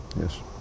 Yes